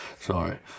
Sorry